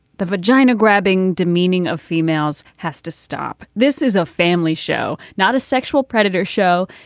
the vagina grabbing demeaning of females has to stop. this is a family show, not a sexual predator show.